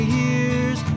years